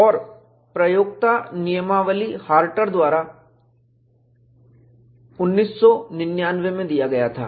और प्रयोक्ता नियमावली हार्टर द्वारा 1999 में दिया गया था